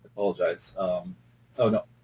apologize oh, no,